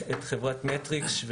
את חברת מטריקס,